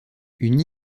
une